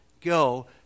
go